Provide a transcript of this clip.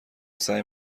سعی